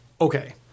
Okay